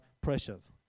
pressures